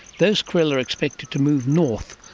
those krill are expected to move north,